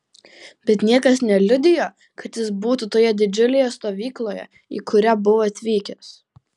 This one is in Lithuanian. bet niekas neliudijo kad jis būtų toje didžiulėje stovykloje į kurią buvo atvykęs